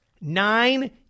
Nine